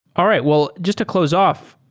all right. well, just to close off,